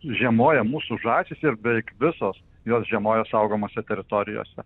žiemoja mūsų žąsys ir beveik visos jos žiemoja saugomose teritorijose